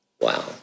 Wow